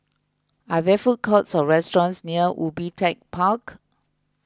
are there food courts or restaurants near Ubi Tech Park